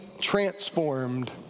transformed